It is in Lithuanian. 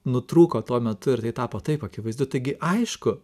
nutrūko tuo metu ir tai tapo taip akivaizdu taigi aišku